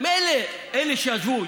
מילא אלה שישבו,